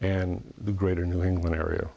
and the greater new england area